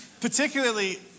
Particularly